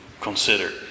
consider